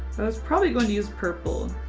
i was probably going to use purple.